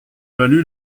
valu